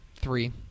three